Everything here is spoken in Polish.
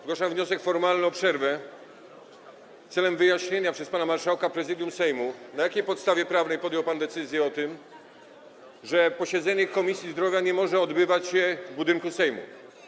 Zgłaszam wniosek formalny o ogłoszenie przerwy w celu wyjaśnienia przez pana marszałka Prezydium Sejmu, na jakiej podstawie prawnej podjął pan decyzję o tym, że posiedzenie Komisji Zdrowia nie może odbywać się w budynku Sejmu.